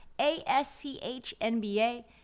a-s-c-h-n-b-a